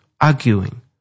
arguing